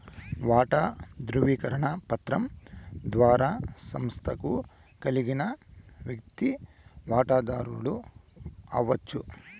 వాటా దృవీకరణ పత్రం ద్వారా సంస్తకు కలిగిన వ్యక్తి వాటదారుడు అవచ్చు